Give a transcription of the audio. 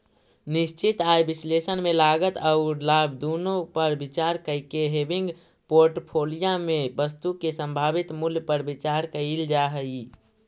निश्चित आय विश्लेषण में लागत औउर लाभ दुनो पर विचार कईके हेविंग पोर्टफोलिया में वस्तु के संभावित मूल्य पर विचार कईल जा हई